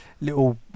Little